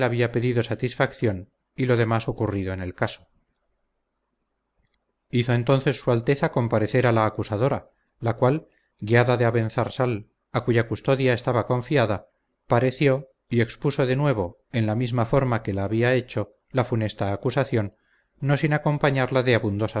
había pedido satisfacción y lo demás ocurrido en el caso hizo entonces su alteza comparecer a la acusadora la cual guiada de abenzarsal a cuya custodia estaba confiada pareció y expuso de nuevo en la misma forma que la había hecho la funesta acusación no sin acompañarla de